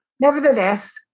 nevertheless